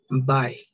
bye